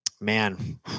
man